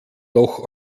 doch